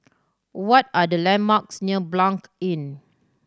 what are the landmarks near Blanc Inn